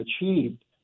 achieved